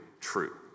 true